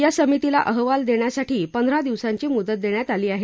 या समितीला अहवाल देण्यासाठी पंधरा दिवसांची मुदत देण्यात आली आहे